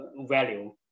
value